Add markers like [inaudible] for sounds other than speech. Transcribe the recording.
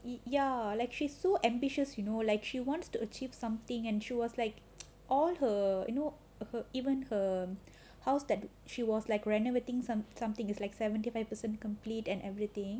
ya like she so ambitious you know like she wants to achieve something and she was like [noise] all her you know her even her house then she was like renovating some~ something is like seventy five percent complete and everything